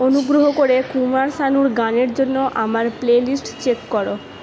অনুগ্রহ করে কুমার শানুর গানের জন্য আমার প্লেলিস্ট চেক করো